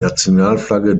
nationalflagge